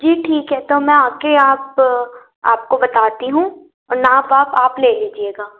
जी ठीक है तो मैं आके आप आपको बताती हूँ और नाप वाप आप ले लीजिएगा